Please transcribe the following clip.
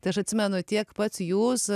tai aš atsimenu tiek pats jūs